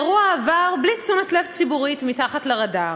האירוע עבר בלי תשומת לב ציבורית, מתחת לרדאר.